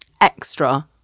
extra